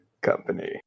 company